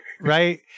right